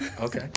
Okay